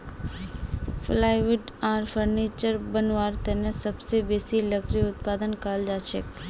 plywood आर furniture बनव्वार तने सबसे बेसी लकड़ी उत्पादन कराल जाछेक